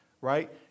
right